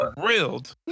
grilled